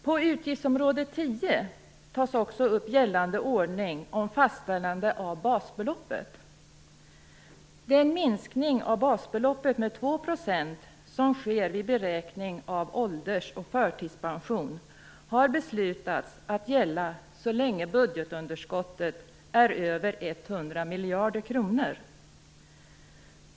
På utgiftsområde 10 tas också upp gällande ordning om fastställande av basbeloppet. Den minskning av basbeloppet med 2 % som sker vid beräkning av ålders och förtidspension har beslutats gälla så länge budgetunderskottet är över 100 miljarder kronor.